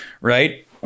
Right